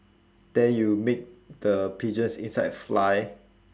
then you make the pigeons inside fly